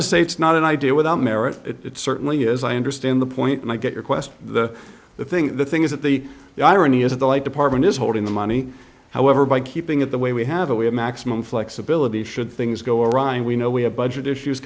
to say it's not an idea without merit it certainly is i understand the point and i get your question the the thing the thing is that the irony is the light department is holding the money however by keeping it the way we have it we have maximum flexibility should things go awry and we know we have budget issues